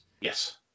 Yes